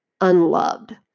unloved